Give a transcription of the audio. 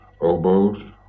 oboes